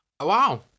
Wow